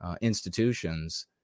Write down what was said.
institutions